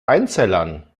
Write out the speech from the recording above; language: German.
einzellern